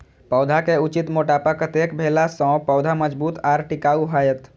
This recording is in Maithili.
पौधा के उचित मोटापा कतेक भेला सौं पौधा मजबूत आर टिकाऊ हाएत?